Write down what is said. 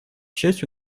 счастью